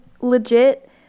legit